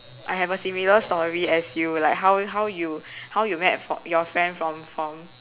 I have a similar story as you like how how you how you met for your friend from from